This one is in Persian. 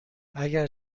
اگه